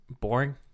boring